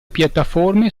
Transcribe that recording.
piattaforme